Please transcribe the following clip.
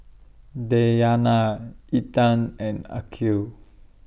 Dayana Intan and Aqil